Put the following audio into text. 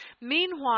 Meanwhile